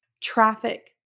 traffic